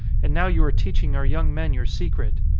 and now you are teaching our young men your secret.